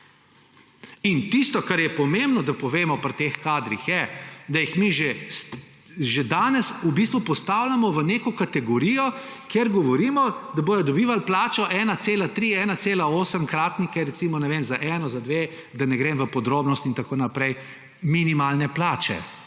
In tisto, kar je pomembno, da povemo pri teh kadrih, je, da jih mi že danes v bistvu postavljamo v neko kategorijo, kjer govorimo, da bodo dobivali plačo 1,3-, 1,8-kratnik, ne vem, recimo za eno, za dve, da ne grem v podrobnosti in tako naprej, minimalne plače.